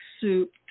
soup